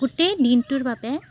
গোটেই দিনটোৰ বাবে